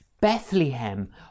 Bethlehem